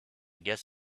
guess